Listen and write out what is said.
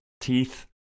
Teeth